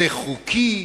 זה חוקי?